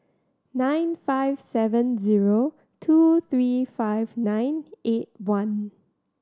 nine five seven zero two three five nine eight one